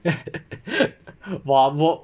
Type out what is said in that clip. !wah! bro